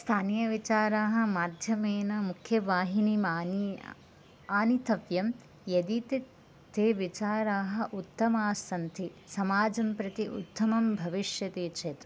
स्थानीयविचाराः माध्यमेन मुख्यवाहिनीं आनी आनीतव्यम् यदि ते विचाराः उत्तमाः सन्ति समाजं प्रति उत्तमं भविष्यते चेत्